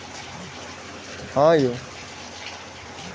सिंचाइ जल के क्षति कें रोकै खातिर सिंचाइ दक्षताक अवधारणा के जन्म भेल रहै